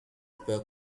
deeper